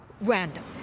random